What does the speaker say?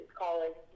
college